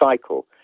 cycle